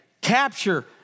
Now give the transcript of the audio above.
capture